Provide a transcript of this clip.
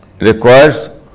requires